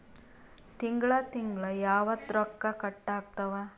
ತಿಂಗಳ ತಿಂಗ್ಳ ಯಾವತ್ತ ರೊಕ್ಕ ಕಟ್ ಆಗ್ತಾವ?